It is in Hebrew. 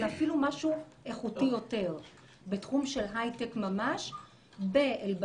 אלא אפילו משהו איכותי יותר בתחום של הייטק ממש באל-בטוף,